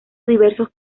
diversos